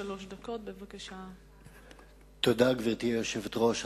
גברתי היושבת-ראש,